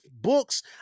books